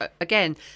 again